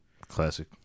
Classic